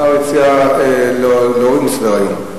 השר הציע להוריד מסדר-היום,